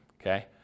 Okay